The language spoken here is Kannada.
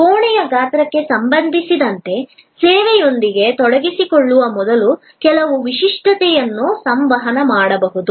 ಕೋಣೆಯ ಗಾತ್ರಕ್ಕೆ ಸಂಬಂಧಿಸಿದಂತೆ ಸೇವೆಯೊಂದಿಗೆ ತೊಡಗಿಸಿಕೊಳ್ಳುವ ಮೊದಲು ಕೆಲವು ವಿಶಿಷ್ಟತೆಯನ್ನು ಸಂವಹನ ಮಾಡಬಹುದು